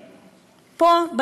פה,